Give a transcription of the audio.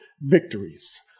victories